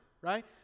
right